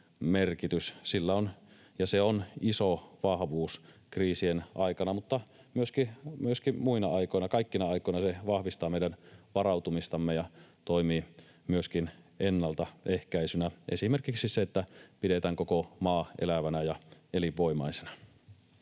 ja se on iso vahvuus kriisien aikana mutta myöskin muina aikoina. Kaikkina aikoina se vahvistaa meidän varautumistamme ja toimii myöskin ennaltaehkäisynä, esimerkiksi se, että pidetään koko maa elävänä ja elinvoimaisena.